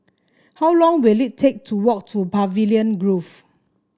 how long will it take to walk to Pavilion Grove